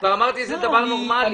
כבר אמרתי איזה דבר נורמלי.